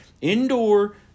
Indoor